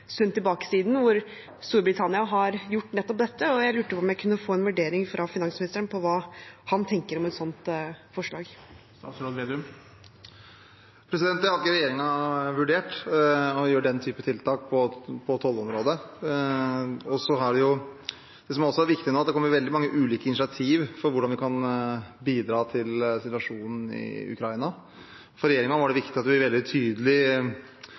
hvor Storbritannia har gjort nettopp dette, og jeg lurte på om jeg kunne få en vurdering fra finansministeren på hva han tenker om et sånt forslag. Det har ikke regjeringen vurdert, å gjøre den type tiltak på tollområdet. Det som også er viktig nå, er at det kommer veldig mange ulike initiativ for hvordan vi kan bidra til situasjonen i Ukraina. For regjeringen var det viktig at vi veldig tydelig